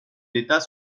l’état